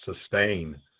sustain